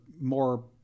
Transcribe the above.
more